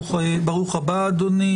ברוך הבא אדוני.